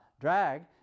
Drag